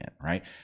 right